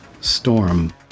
Storm